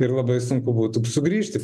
ir labai sunku būtų sugrįžti